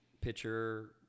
Pitcher